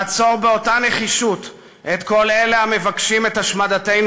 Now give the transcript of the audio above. לעצור באותה נחישות את כל אותם אלה המבקשים את השמדתנו